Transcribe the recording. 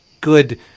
good